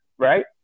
right